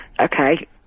Okay